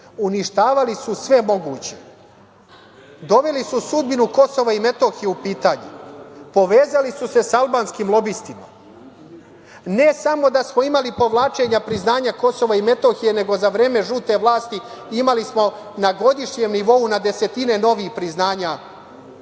uništavali su sve moguće. Doveli su sudbinu Kosova i Metohije u pitanju. Povezali su se albanskim lobistima, ne samo da smo imali povlačenja priznanja Kosova i Metohije, nego za vreme žute vlasti imali smo na godišnjem nivou, na desetine novih priznanja